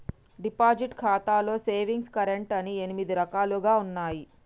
deposit ఖాతాలో savings current అని ఎనిమిది రకాలుగా ఉన్నయి